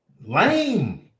Lame